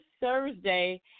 Thursday